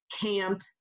camp